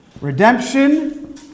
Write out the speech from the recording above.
redemption